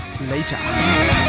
later